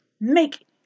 make